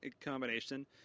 combination